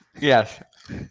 Yes